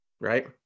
Right